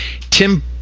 Tim